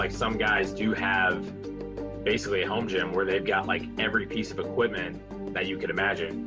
like some guys do have basically a home gym where they've got, like, every piece of equipment that you could imagine.